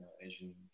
Asian